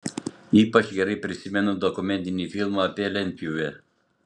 ypač gerai prisimenu dokumentinį filmą apie lentpjūvę